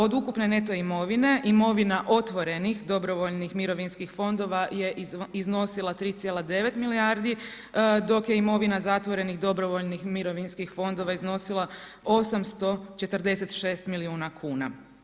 Od ukupne neto imovine, imovina otvorenih dobrovoljnih mirovinskih fondova je iznosila 3,9 milijardi dok je mirovina zatvorenih dobrovoljnih mirovinskih fondova iznosila 846 milijuna kuna.